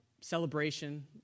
celebration